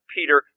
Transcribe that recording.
Peter